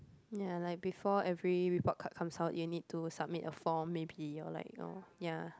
ya like before every report card comes out you need to submit a form maybe you're like orh ya